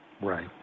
right